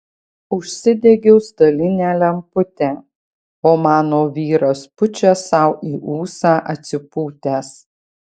užsidegiau stalinę lemputę o mano vyras pučia sau į ūsą atsipūtęs